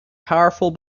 powerful